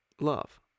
love